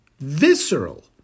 Visceral